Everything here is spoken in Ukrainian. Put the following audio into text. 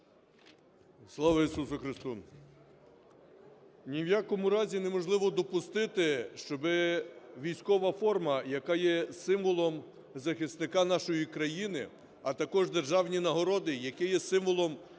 Слава Ісусу Христу! Ні в якому разі неможливо допустити, щоби військова форма, яка є символом захисника нашої країни, а також державні нагороди, які є символом героїзму